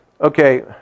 Okay